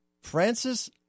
Francis